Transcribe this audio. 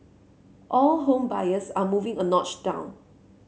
all home buyers are moving a notch down